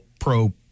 pro